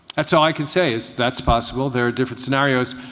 that's all i can say, is that's possible. there's different scenarios.